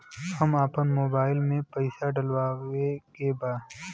हम आपन मोबाइल में पैसा डलवावे के बा?